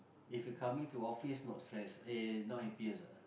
if you coming to office not stress eh not happiest ah